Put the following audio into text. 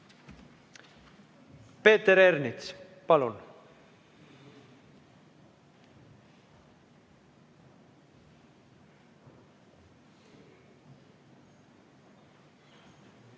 Peeter Ernits, palun!